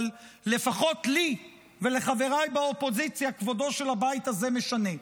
אבל לפחות לי ולחבריי באופוזיציה כבודו של הבית הזה משנה.